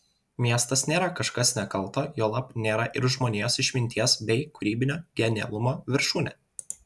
miestas nėra kažkas nekalto juolab nėra ir žmonijos išminties bei kūrybinio genialumo viršūnė